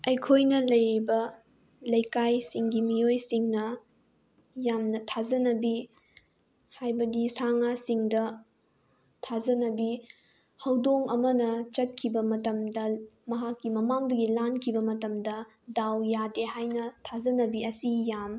ꯑꯩꯈꯣꯏꯅ ꯂꯩꯔꯤꯕ ꯂꯩꯀꯥꯏꯁꯤꯡꯒꯤ ꯃꯤꯑꯣꯏꯁꯤꯡꯅ ꯌꯥꯝꯅ ꯊꯥꯖꯅꯕꯤ ꯍꯥꯏꯕꯗꯤ ꯁꯥ ꯉꯥ ꯁꯤꯡꯗ ꯊꯥꯖꯅꯕꯤ ꯍꯧꯗꯣꯡ ꯑꯃꯅ ꯆꯠꯈꯤꯕ ꯃꯇꯝꯗ ꯃꯍꯥꯛꯀꯤ ꯃꯃꯥꯡꯗꯒꯤ ꯂꯥꯟꯈꯤꯕ ꯃꯇꯝꯗ ꯗꯥꯎ ꯌꯥꯗꯦ ꯍꯥꯏꯅ ꯊꯥꯖꯅꯕꯤ ꯑꯁꯤ ꯌꯥꯝ